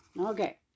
okay